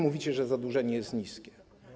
Mówicie, że zadłużenie jest niskie.